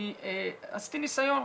עשיתי ניסיון,